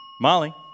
Molly